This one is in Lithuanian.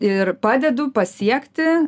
ir padedu pasiekti